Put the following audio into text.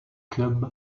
club